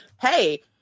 hey